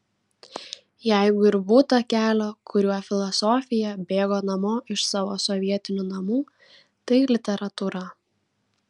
jeigu ir būta kelio kuriuo filosofija bėgo namo iš savo sovietinių namų tai literatūra